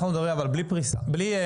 אנחנו מדברים בלי מיחזור,